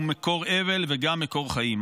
הוא מקור אבל וגם מקור חיים.